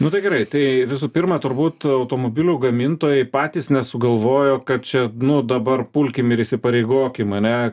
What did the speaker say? nu tai gerai tai visų pirma turbūt automobilių gamintojai patys nesugalvojo kad čia nu dabar pulkim ir įsipareigokim ane